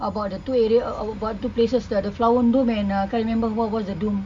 about the two area uh uh about two places the flower dome and the can't remember what's the dome